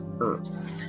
Earth